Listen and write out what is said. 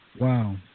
Wow